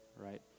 right